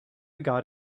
got